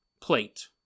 Plate